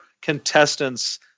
contestants